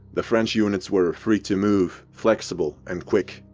the french units were free to move, flexible and quick.